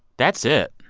that's it.